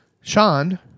Sean